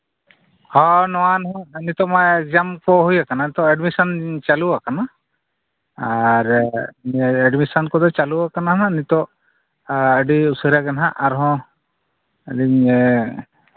ᱦᱳ ᱱᱚᱣᱟ ᱱᱤᱛᱚᱜᱼᱢᱟ ᱮᱠᱡᱟᱢ ᱠᱚ ᱦᱩᱭ ᱟᱠᱟᱱᱟ ᱱᱤᱛᱚᱜ ᱮᱰᱢᱤᱥᱚᱱ ᱠᱚ ᱪᱟᱹᱞᱩ ᱟᱠᱟᱱᱟ ᱟᱨ ᱮᱰᱢᱤᱥᱚᱱ ᱠᱚᱫᱚ ᱪᱟᱹᱞᱩ ᱟᱠᱟᱱᱟ ᱦᱟᱸᱜ ᱱᱤᱛᱚᱜ ᱟᱹᱰᱤ ᱩᱥᱟᱹᱨᱟᱜᱮ ᱦᱟᱸᱜ ᱟᱨᱦᱚᱸ